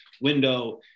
window